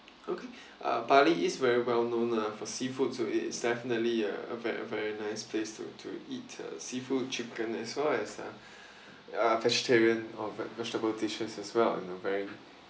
okay uh bali is very well known uh for seafood so it is definitely uh a very a very nice place to to eat uh seafood chicken as well as uh uh vegetarian of vegetable dishes as well you know very